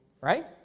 right